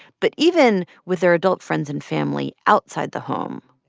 but even with their adult friends and family outside the home.